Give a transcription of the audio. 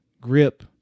grip